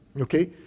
okay